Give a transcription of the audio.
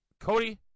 Cody